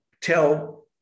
tell